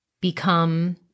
become